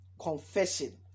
confession